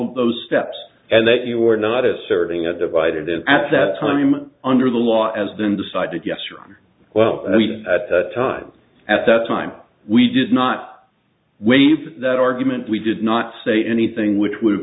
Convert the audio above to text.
of those steps and that you were not asserting a divided at that time under the law has been decided yes well at the time at that time we did not waive that argument we did not say anything which would